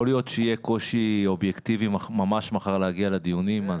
יכול להיות שיהיה קושי אובייקטיבי להגיע מחר לדיונים.